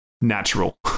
natural